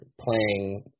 playing